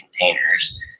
containers